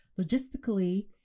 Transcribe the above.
logistically